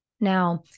Now